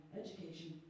education